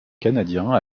canadien